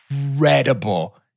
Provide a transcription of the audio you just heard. incredible